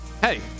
hey